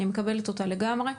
אני מקבלת אותה לגמרי: